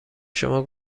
شما